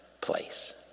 place